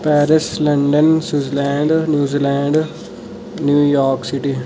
Paris London Switzerland New Zealand New York city